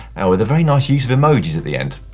and with a very nice use of emojis at the end.